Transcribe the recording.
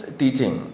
teaching